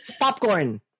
Popcorn